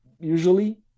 usually